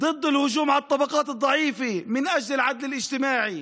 נגד ההשתלחות בשכבות החלשות ולמען הצדק החברתי.